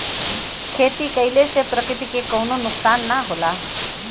खेती कइले से प्रकृति के कउनो नुकसान ना होला